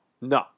No